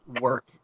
work